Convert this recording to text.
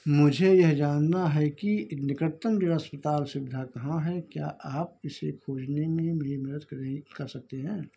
मुझे यह जानना है कि निकटतम ज़िला अस्पताल सुविधा कहाँ है क्या आप इसे खोजने में मेरी मदद कर सकते हैं